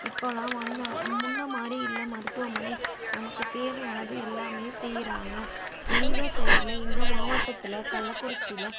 இப்பெல்லாம் வந்து முன்னே மாதிரி இல்லை மருத்துவமனை நமக்கு தேவையானது எல்லாமே செய்கிறாங்க எங்கள் சைடில் எங்கள் மாவட்டத்தில் கள்ளக்குறிச்சியில்